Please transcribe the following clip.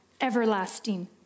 Everlasting